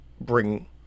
bring